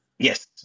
Yes